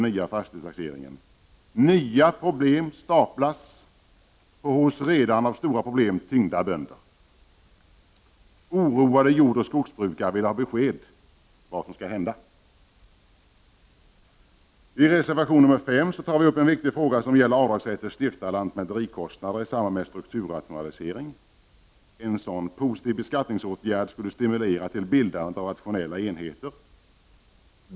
Nya problem staplas på oss, av stora problem redan tyngda bönder! Oroade jordoch skogsbrukare vill ha besked om vad som skall hända. I reservation nr 5 tar vi upp en viktig fråga som gäller avdragsrätt för styrkta lantmäterikostnader i samband med strukturrationalisering. En sådan positiv beskattningsåtgärd skulle stimulera till bildande av rationella enheter.